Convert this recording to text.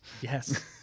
Yes